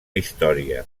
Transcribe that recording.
història